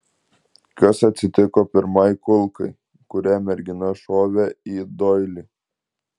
kas atsitiko pirmai kulkai kurią mergina šovė į doilį